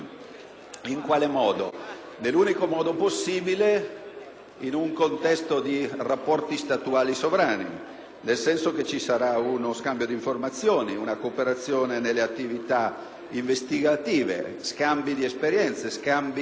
Lo faremo nell'unico modo possibile in un contesto di rapporti statuali sovrani. Ci sarà quindi uno scambio di informazioni, una cooperazione nelle attività investigative, scambi di esperienze e di